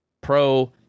Pro